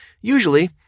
Usually